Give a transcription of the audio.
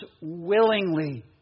willingly